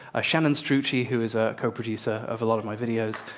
ah shannon strucci, who is a co-producer of a lot of my videos.